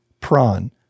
Prawn